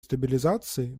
стабилизации